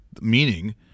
meaning